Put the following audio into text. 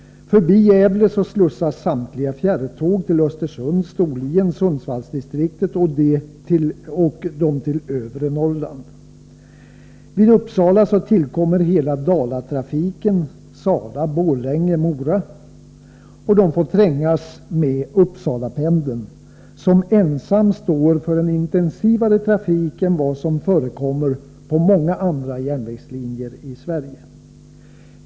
Förbi Gävle slussas samtliga fjärrtåg till Östersund-Storlien, till Sundsvallsdistriktet och till övre Norrland. Vid Uppsala tillkommer hela Dalatrafiken Sala-Borlänge-Mora. De får trängas med Uppsalapendeln, som ensam står för en intensivare trafik än vad som förekommer på många andra järnvägslinjer i Sverige.